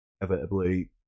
inevitably